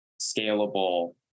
scalable